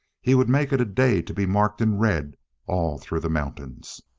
he would make it a day to be marked in red all through the mountains!